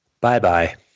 Bye-bye